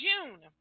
June